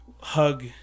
hug